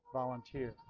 volunteer